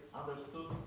understood